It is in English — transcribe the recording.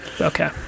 okay